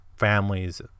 families